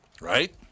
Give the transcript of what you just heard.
Right